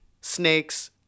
snakes